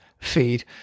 feed